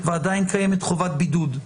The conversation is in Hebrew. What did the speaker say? ועדיין קיימת חובת בידוד,